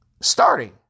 Starting